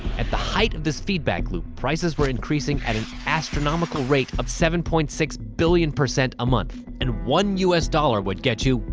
at the height of this feedback loop, prices were increasing at an astronomical rate of seven point six billion percent a month, and one us dollar would get you,